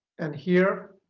and here,